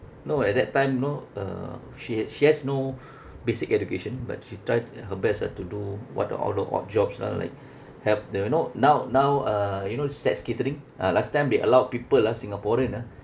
no at that time you know uh she ha~ she has no basic education but she tried her best ah to do what the all the odd jobs ah like help the you know now now uh you know SATS catering ah last time they allowed people ah singaporean ah